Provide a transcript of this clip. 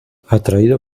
atraído